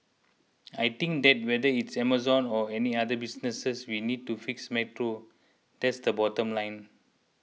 I think that whether it's Amazon or any other businesses we need to fix metro that's the bottom line